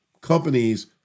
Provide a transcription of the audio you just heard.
companies